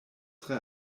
tre